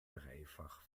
dreifach